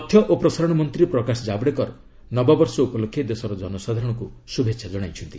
ତଥ୍ୟ ଓ ପ୍ରସାରଣ ମନ୍ତ୍ରୀ ପ୍ରକାଶ ଜାବ୍ଡେକର ନବବର୍ଷ ଉପଲକ୍ଷେ ଦେଶର ଜନସାଧାରଣଙ୍କୁ ଶୁଭେଚ୍ଛା ଜଣାଇଛନ୍ତି